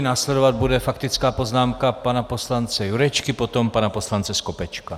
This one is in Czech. Následovat bude faktická poznámka pana poslance Jurečky, potom pana poslance Skopečka.